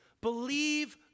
Believe